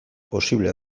posible